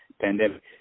pandemic